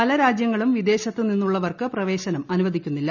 പ്ല രാജ്യങ്ങളും വിദേശത്തു നിന്നുള്ളവർക്ക് പ്രവേശനം ആന്റുവദിക്കുന്നില്ല